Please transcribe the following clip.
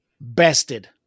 Bested